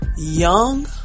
Young